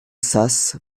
sas